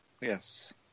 Yes